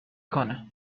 کنه